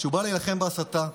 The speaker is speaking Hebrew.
שבא להילחם בהסתה,